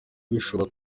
bishobora